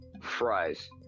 Fries